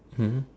um